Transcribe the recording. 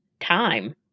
time